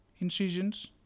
incisions